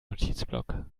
notizblock